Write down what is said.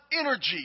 energy